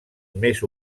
més